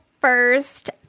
first